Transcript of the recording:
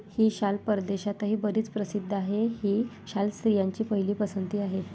ही शाल परदेशातही बरीच प्रसिद्ध आहे, ही शाल स्त्रियांची पहिली पसंती आहे